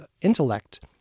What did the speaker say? intellect